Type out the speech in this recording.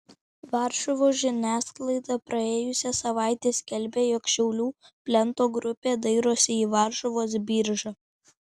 varšuvos žiniasklaida praėjusią savaitę skelbė jog šiaulių plento grupė dairosi į varšuvos biržą